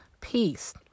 peace